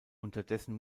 unterdessen